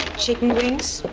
chicken wings,